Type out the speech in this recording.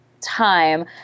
time